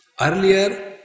earlier